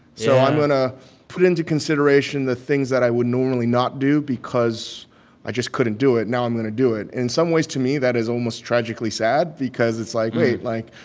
so i'm going to put into consideration the things that i would normally not do because i just couldn't do it. now i'm going to do it. in some ways, to me, that is almost tragically sad because it's like, wait, like,